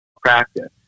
practice